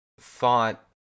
thought